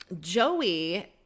Joey